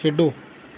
ਖੇਡੋ